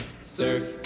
surf